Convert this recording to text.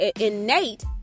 innate